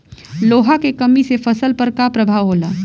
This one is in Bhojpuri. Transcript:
लोहा के कमी से फसल पर का प्रभाव होला?